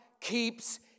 keeps